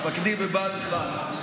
מפקדי בבה"ד 1,